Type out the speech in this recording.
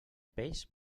peix